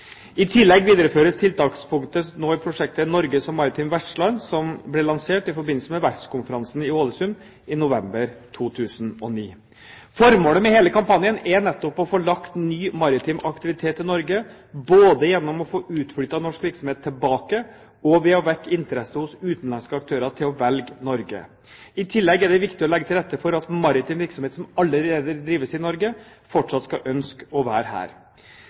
I tillegg videreføres tiltakspunktet nå i prosjektet «Norge som maritimt vertsland» som ble lansert i forbindelse med verftskonkurransen i Ålesund i november 2009. Formålet med hele kampanjen er nettopp å få lagt ny maritim aktivitet til Norge, både gjennom å få utflyttet norsk virksomhet tilbake og ved å vekke interesse hos utenlandske aktører for å velge Norge. I tillegg er det viktig å legge til rette for at maritim virksomhet som allerede drives i Norge, fortsatt skal ønske å være her.